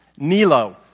Nilo